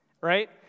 right